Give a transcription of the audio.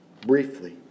Briefly